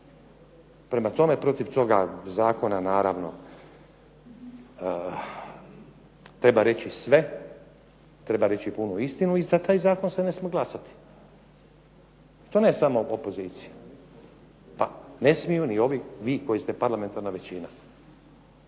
Prema tome, protiv toga zakona naravno treba reći sve, treba reći punu istinu i za taj zakon se ne smije glasati, i to ne samo opozicija, pa ne smiju ni ovi, vi koji ste parlamentarna većina.